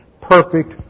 perfect